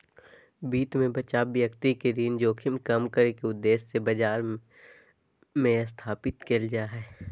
वित्त मे बचाव व्यक्ति के ऋण जोखिम कम करे के उद्देश्य से बाजार मे स्थापित करल जा हय